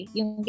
Yung